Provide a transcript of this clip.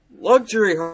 Luxury